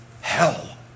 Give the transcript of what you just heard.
hell